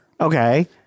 Okay